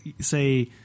say